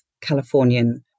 Californian